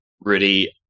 Rudy